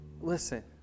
listen